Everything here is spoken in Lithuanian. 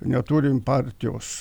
neturim partijos